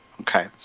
Okay